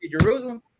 Jerusalem